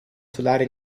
solare